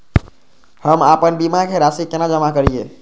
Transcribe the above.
हम आपन बीमा के राशि केना जमा करिए?